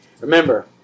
Remember